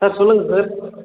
sir சொல்லுங்கள் sir